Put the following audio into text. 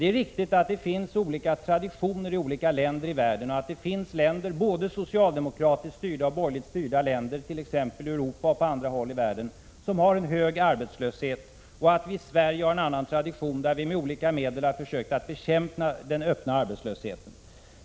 Det är riktigt att det finns olika traditioner i olika länder i världen och att det finns länder, både socialdemokratiskt styrda och borgerligt styrda i Europa och på andra håll, som har en hög arbetslöshet, medan vi i Sverige har en annan tradition; vi har med olika medel försökt bekämpa den öppna arbetslösheten.